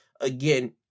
again